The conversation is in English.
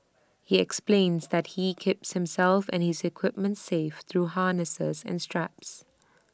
he explains that he keeps himself and his equipment safe through harnesses and straps